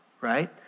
right